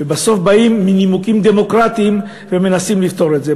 ובסוף באים בנימוקים דמוקרטיים ומנסים לפתור את זה.